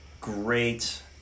Great